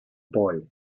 buoy